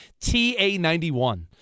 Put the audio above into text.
TA91